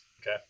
Okay